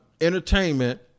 entertainment